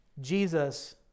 Jesus